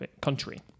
country